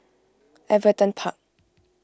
Everton Park